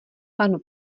panu